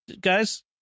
Guys